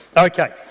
Okay